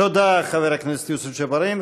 תודה, חבר הכנסת יוסף ג'בארין.